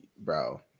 Bro